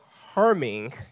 harming